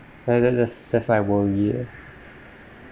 like that that's that's why I worry eh